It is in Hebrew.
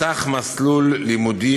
פתח מסלול לימודי